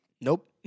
Nope